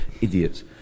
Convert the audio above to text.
Idiots